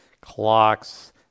clocks